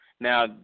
Now